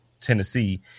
Tennessee